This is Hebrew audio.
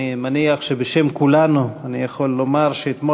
אני מניח שבשם כולנו אני יכול לומר שאתמול